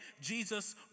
Jesus